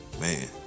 Man